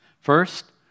First